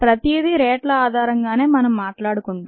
ప్రతిదీ రేట్ల ఆధారంగానే మనం మాట్లాడుకుంటాం